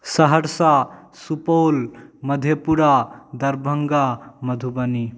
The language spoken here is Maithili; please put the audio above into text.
सहरसा सुपौल मधेपुरा दरभङ्गा मधुबनी